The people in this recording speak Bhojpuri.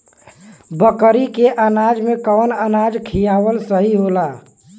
बकरी के अनाज में कवन अनाज खियावल सही होला?